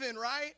right